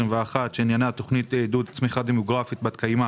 שעניינה תוכנית עידוד צמיחה דמוגרפית בת קיימא